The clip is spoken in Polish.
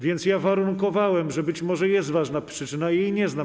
Więc ja warunkowałem, że być może jest ważna przyczyna, ja jej nie znam.